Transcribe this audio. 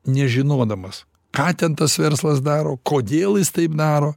nežinodamas ką ten tas verslas daro kodėl jis taip daro